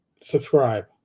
subscribe